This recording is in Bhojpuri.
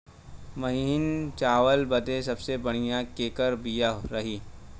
महीन चावल बदे सबसे बढ़िया केकर बिया रही?